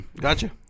gotcha